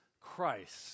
Christ